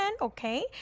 okay